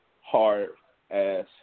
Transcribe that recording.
hard-ass